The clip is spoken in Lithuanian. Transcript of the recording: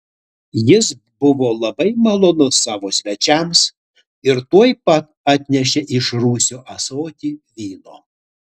jis buvo labai malonus savo svečiams ir tuoj pat atnešė iš rūsio ąsotį vyno